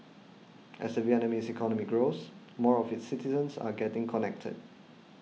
as the Vietnamese economy grows more of its citizens are getting connected